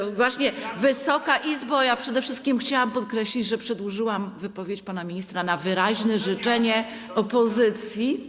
Ja wiem, właśnie, Wysoka Izbo, przede wszystkim chciałam podkreślić, że przedłużyłam wypowiedź pana ministra na wyraźne życzenie opozycji.